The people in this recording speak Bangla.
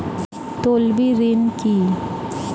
তলবি ঋন কি?